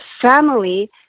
family